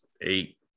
eight